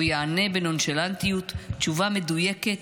הוא יענה בנונשלנטיות תשובה מדויקת,